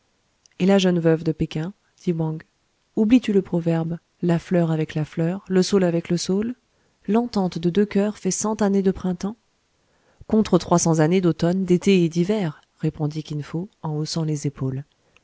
et la jeune veuve de péking dit wang oublies tu le proverbe la fleur avec la fleur le saule avec le saule l'entente de deux coeurs fait cent années de printemps contre trois cents années d'automne d'été et d'hiver répondit kin fo en haussant les épaules